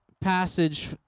passage